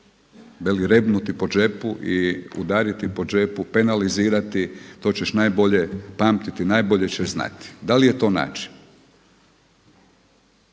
veli rebnuti po džepu i udariti po džepu, penalizirati, to ćeš najbolje pamtiti, najbolje ćeš znati. Da li je to način?